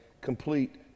complete